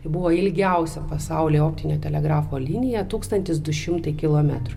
tai buvo ilgiausia pasaulyje optinio telegrafo linija tūkstantis du šimtai kilometrų